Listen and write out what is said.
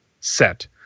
set